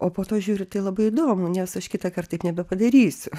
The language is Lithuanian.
o po to žiūri tai labai įdomu nes aš kitąkart taip nebepadarysiu